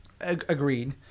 Agreed